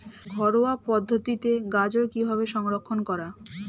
ঘরোয়া পদ্ধতিতে গাজর কিভাবে সংরক্ষণ করা?